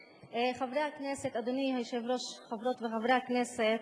היושב-ראש, חברי הכנסת,